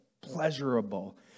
pleasurable